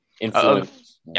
Influence